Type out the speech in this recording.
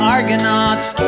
Argonauts